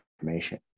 information